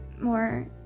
more